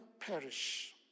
perish